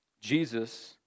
Jesus